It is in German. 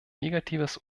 negatives